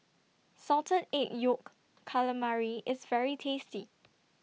Salted Egg Yolk Calamari IS very tasty